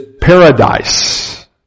paradise